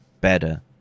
better